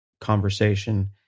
conversation